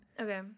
Okay